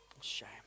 shame